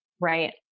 right